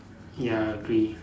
ya agree